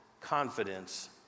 confidence